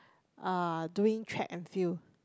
uh doing track and field